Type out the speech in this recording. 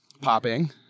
popping